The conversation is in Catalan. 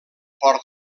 port